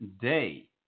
Day